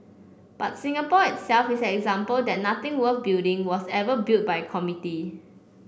but Singapore itself is an example that nothing worth building was ever built by a committee